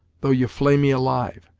though ye flay me alive,